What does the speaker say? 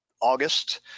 August